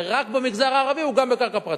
ורק במגזר הערבי הוא גם בקרקע פרטית.